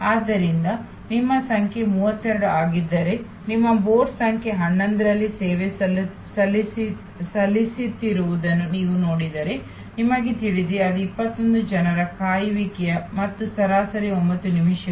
ಆದ್ದರಿಂದ ನಿಮ್ಮ ಸಂಖ್ಯೆ 32 ಆಗಿದ್ದರೆ ಮತ್ತು ಬೋರ್ಡ್ ಸಂಖ್ಯೆ 11 ರಲ್ಲಿ ಸೇವೆ ಸಲ್ಲಿಸುತ್ತಿರುವುದನ್ನು ನೀವು ನೋಡಿದರೆ ನಿಮಗೆ ತಿಳಿದಿದೆ ಅದು 21 ಜನರ ಕಾಯುವಿಕೆ ಮತ್ತು ಸರಾಸರಿ 9 ನಿಮಿಷಗಳು